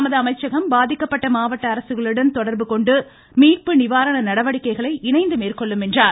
தமது அமைச்சகம் பாதிக்கப்பட்ட மாவட்ட அரசுகளுடன் தொடர்பு கொண்டு மீட்பு நிவாரண நடவடிக்கைகளை இணைந்து மேற்கொள்ளும் என்றார்